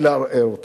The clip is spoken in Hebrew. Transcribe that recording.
ולערער אותם.